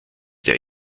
der